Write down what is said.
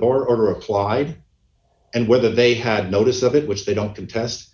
border applied and whether they had notice of it which they don't contest